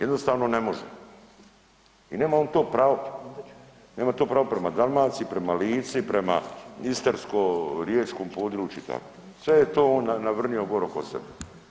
Jednostavno ne može i nema on to pravo, nema to pravo prema Dalmaciji, prema Lici, prema istarsko, riječkom području i tako, sve je to on navrnio gore oko sebe.